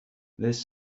this